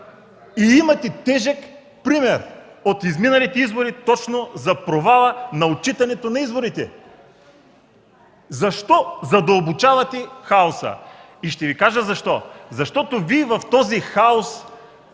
Имате тежък пример от изминалите избори точно за провала на отчитането на изборите. Защо задълбочавате хаоса? Ще Ви кажа защо: защото Вие в този хаос